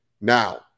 Now